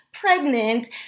pregnant